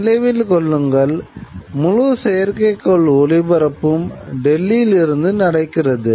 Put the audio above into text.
நினைவில் கொள்ளுங்கள் முழு செயற்கைக்கோள் ஒளிபரப்பும் டெல்லியில் இருந்து நடக்கிறது